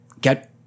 get